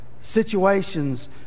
situations